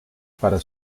para